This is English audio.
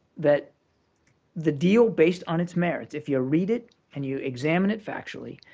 that the deal based on its merits if you read it and you examine it factually,